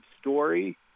story